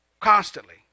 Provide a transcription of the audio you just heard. Constantly